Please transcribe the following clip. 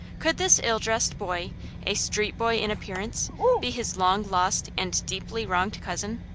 could this ill-dressed boy a street boy in appearance be his long-lost and deeply wronged cousin?